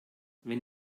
wenn